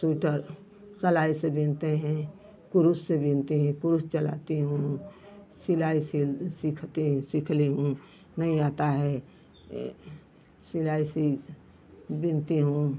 sweater सिलाई से बुनते हैं कुरुस से बुनती हूँ कुरुस चलाती हूँ सिलाई सिल सीखकर सीख ली हूँ नहीं आता है ए सिलाई सी बुनती हूँ